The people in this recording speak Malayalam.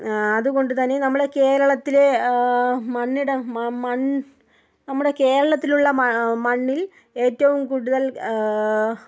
അതുകൊണ്ടുതന്നെ നമ്മുടെ കേരളത്തിലെ മണ്ണിട മ മണ്ണ് നമ്മുടെ കേരളത്തിലുള്ള മ മണ്ണിൽ ഏറ്റവും കൂടുതൽ